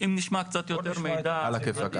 אם נשמע קצת יותר מידע --- על הכיפק,